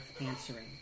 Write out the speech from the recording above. answering